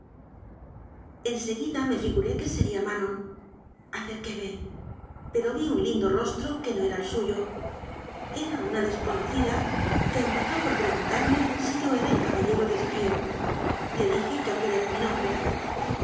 me figuré que sería manon acerquéme pero vi un lindo rostro que no era el suyo era una desconocida que empezó por pre guntarme si yo era el caballero des grieux le dije que aquel era mi nombre